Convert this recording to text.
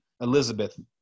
Elizabeth